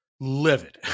livid